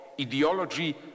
ideology